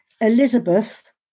Elizabeth